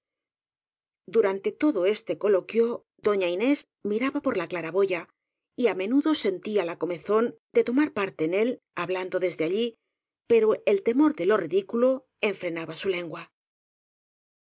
durante todo este coloquio doña inés miraba por la claraboya y á menudo sentía la comezón de tomar parte en él hablando desde allí pero el temor de lo ridículo enfrenaba su lengua